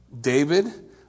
David